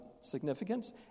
significance